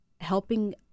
Helping